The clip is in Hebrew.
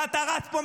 ואתה רץ פה,